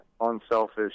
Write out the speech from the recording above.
unselfish